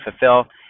fulfill